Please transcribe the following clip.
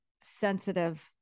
sensitive